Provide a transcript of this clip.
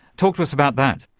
talk to us about that.